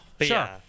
Sure